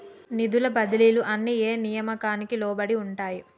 నిధుల బదిలీలు అన్ని ఏ నియామకానికి లోబడి ఉంటాయి?